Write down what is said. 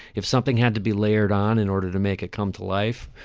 if something had to be layered on in order to make it come to life,